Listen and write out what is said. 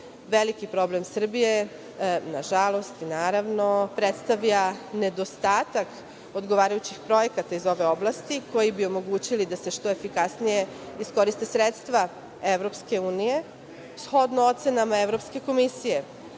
problem Srbije, nažalost, naravno, predstavlja nedostatak odgovarajućih projekata iz ove oblasti koji bi omogućili da se što efikasnije iskoriste sredstva EU.Shodno ocenama Evropske komisije,